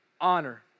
honor